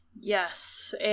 Yes